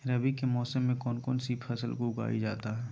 रवि के मौसम में कौन कौन सी फसल को उगाई जाता है?